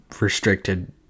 restricted